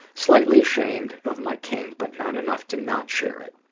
slightly ashamed of my kink, but not enough to not share it.